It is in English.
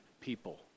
people